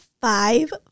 five